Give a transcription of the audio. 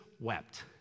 wept